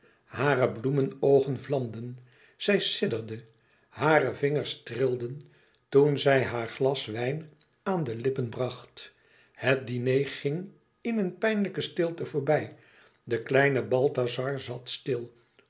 hare bloemenoogen vlamden zij sidderde hare vingers trilden toen zij haar glas wijn aan de lippen bracht het diner ging in eene pijnlijke stilte voorbij de kleine balthazar zat stil